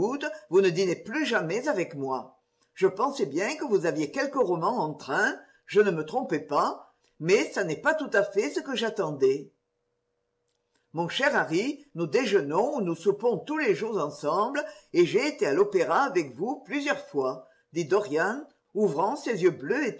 vous ne dînez plus jamais avec moi je pensais bien que vous aviez quelque roman en train je ne me trompais pas mais ça n'est pas tout à fait ce que j'attendais mon cher harry nous déjeunons ou nous sou pons tous les jours ensemble et j'ai été à l'opéra avec vous plusieurs fois dit dorian ouvrant ses yeux bleus